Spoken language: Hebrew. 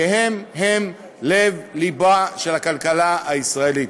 כי הם-הם לב-לבה של הכלכלה הישראלית.